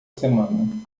semana